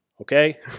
Okay